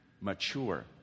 mature